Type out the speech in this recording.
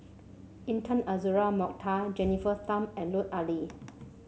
Intan Azura Mokhtar Jennifer Tham and Lut Ali